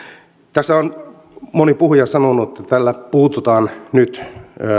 tässä on moni puhuja sanonut että tällä puututaan nyt